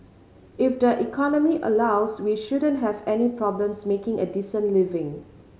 if the economy allows we shouldn't have any problems making a decent living